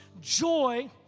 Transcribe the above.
joy